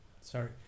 Sorry